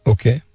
Okay